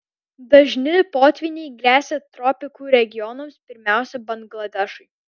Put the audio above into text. dažni potvyniai gresia tropikų regionams pirmiausia bangladešui